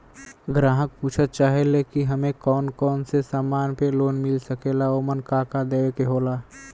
ग्राहक पुछत चाहे ले की हमे कौन कोन से समान पे लोन मील सकेला ओमन का का देवे के होला?